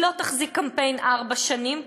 היא לא תחזיק קמפיין ארבע שנים,